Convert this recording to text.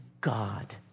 God